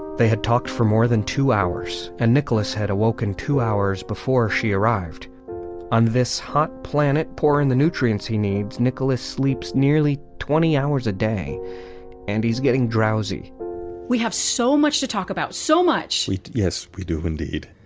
they had talked for more than two hours, and nicholas had awoken two hours before she arrived on this hot planet. pour in the nutrients he needs. nicholas sleeps nearly twenty hours a day and he's getting drowsy we have so much to talk about. so much yes, we do, indeed.